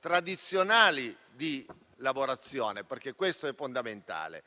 tradizionali di lavorazione, perché ciò è fondamentale.